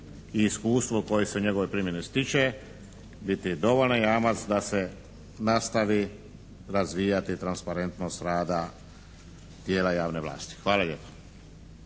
i iskustvo koje se u njegovoj primjeni stiče biti dovoljan jamac da se nastavi razvijati transparentnost rada tijela javne vlasti. Hvala lijepa.